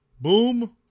Boom